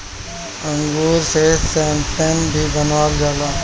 अंगूर से शैम्पेन भी बनावल जाला